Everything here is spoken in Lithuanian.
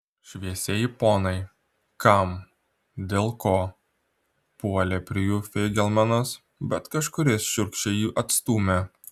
šviesieji ponai kam dėl ko puolė prie jų feigelmanas bet kažkuris šiurkščiai jį atstūmė